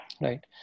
Right